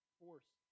force